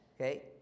Okay